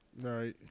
Right